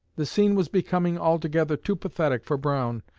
the scene was becoming altogether too pathetic for brown,